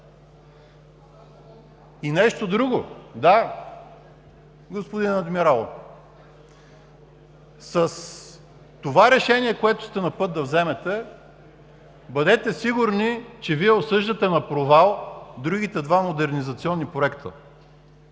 И нещо друго! С това решение, което сте на път да вземете, бъдете сигурни, че осъждате на провал другите два модернизационни проекта.